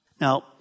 Now